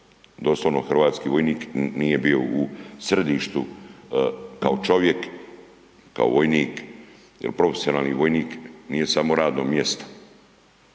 Doslovno hrvatski vojnik nije bio u središtu kao čovjek, kao vojnik jer profesionalni vojnik nije samo radno mjesto,